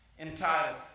entitled